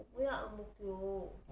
我不要 ang mo kio